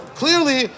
clearly